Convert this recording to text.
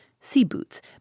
sea-boots